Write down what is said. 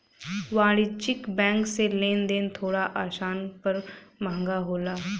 वाणिज्यिक बैंक से लेन देन थोड़ा आसान पर महंगा होला